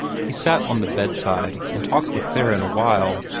he sat on the bedside and talked with theron awhile,